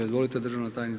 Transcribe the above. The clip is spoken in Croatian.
Izvolite državna tajnice.